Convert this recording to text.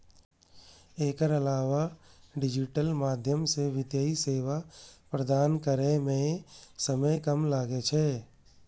एकर अलावा डिजिटल माध्यम सं वित्तीय सेवा प्रदान करै मे समय कम लागै छै